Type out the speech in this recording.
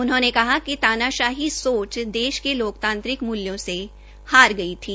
उन्होंने कहा कि तानाशाही सोच देश के लोकतांत्रिक मूल्यों से हार गई थी